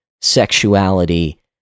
sexuality